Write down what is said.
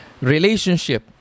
relationship